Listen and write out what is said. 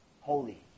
holy